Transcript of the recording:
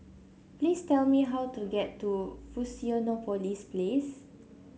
please tell me how to get to Fusionopolis Place